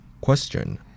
Question